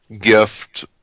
gift